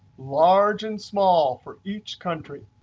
large and small for each country.